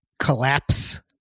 collapse